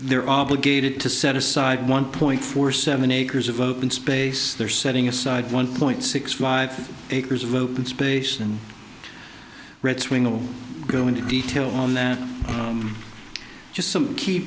they're obligated to set aside one point four seven acres of open space there setting aside one point six five acres of open space and read swing will go into detail on that just some key